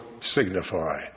signify